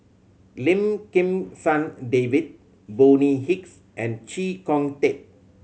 Lim Kim San David Bonny Hicks and Chee Kong Tet